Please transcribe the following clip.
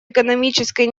экономической